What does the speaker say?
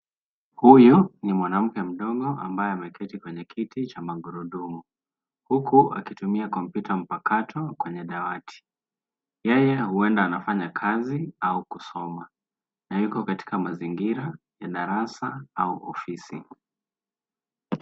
Huyu ni mwanamke mdogo ambaye ameketi kwenye kiti cha magurudumu. Huku akitumia komputa mpakato kwenye dawati. Yeye huenda anafanya kazi au kusoma. Na yuko katika mazingira ya darasa au ofisi.